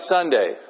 Sunday